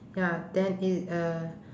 ya then it uh